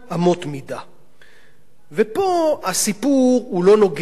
ופה הסיפור לא נוגע רק למערכת החינוך.